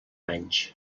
anys